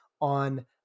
on